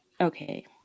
okay